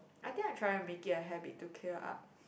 I think I'm trying to make it a habit to clear up